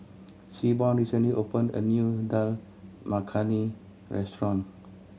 Seaborn recently opened a new Dal Makhani Restaurant